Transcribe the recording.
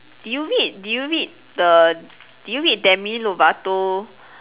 do you read do you read the do you read Demi Lovato